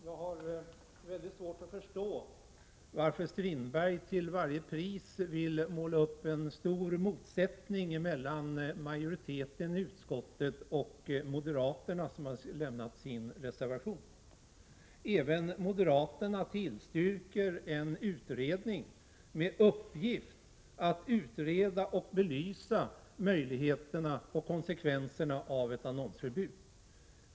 Herr talman! Jag har mycket svårt att förstå varför Per-Olof Strindberg till varje pris vill måla upp en stor motsättning mellan majoriteten i utskottet och moderaterna, som har lämnat en reservation. Även moderaterna tillstyrker en utredning med uppgift att utreda och belysa möjligheterna till och konsekvenserna av ett annonsförbud.